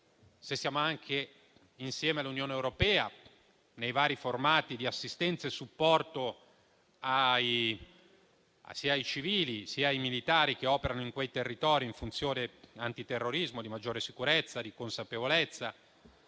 se siamo insieme all'Unione europea nei vari formati di assistenza e supporto sia ai civili sia ai militari che operano in quei territori in funzione antiterrorismo, per una maggiore sicurezza di quei